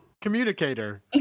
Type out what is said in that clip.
communicator